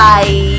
Bye